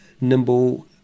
nimble